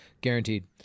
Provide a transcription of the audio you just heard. Guaranteed